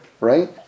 right